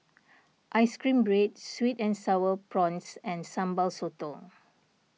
Ice Cream Bread Sweet and Sour Prawns and Sambal Sotong